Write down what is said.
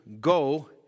go